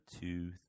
two